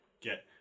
get